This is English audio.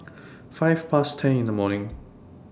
five Past ten in The morning